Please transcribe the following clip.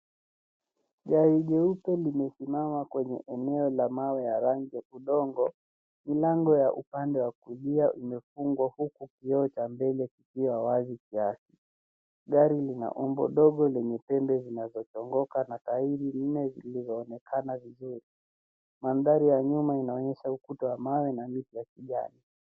Gari jeupe limesimama kwenye eneo la mawe ya rangi ya udongo. Milango ya upande wa kulia imefungwa huku kioo cha mbele kikiwa wazi ja. Gari lina umbo dogo lenye pembe zinazochongoka na tairi nne zilizonekana vizuri. Mandhari ya nyuma inaonyesha ukuta wa mawe, na miti ya kijani.